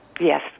Yes